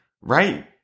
right